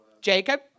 Jacob